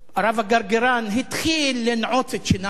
הרב הגרגרן התחיל לנעוץ את שיניו